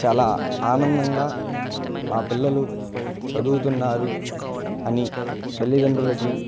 చాలా ఆనందంగా మా పిల్లలు చదువుతున్నారు అని తల్లిదండ్రులకి